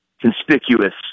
conspicuous